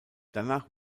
danach